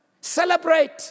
celebrate